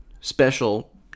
special